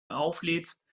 auflädst